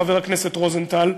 חבר הכנסת רוזנטל,